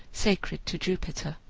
sacred to jupiter.